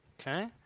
Okay